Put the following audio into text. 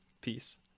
peace